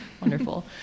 Wonderful